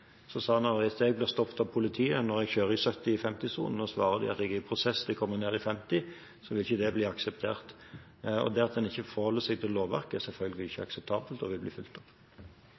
Hvis jeg blir stoppet av politiet når jeg kjører i 70 i 50-sonen og svarer dem at jeg er i prosess for å komme ned i 50, vil ikke det bli akseptert. Det at en ikke forholder seg til lovverket, er selvfølgelig ikke akseptabelt og vil bli fulgt opp.